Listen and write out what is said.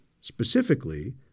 specifically